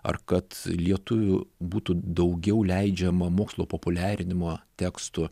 ar kad lietuvių būtų daugiau leidžiama mokslo populiarinimo tekstų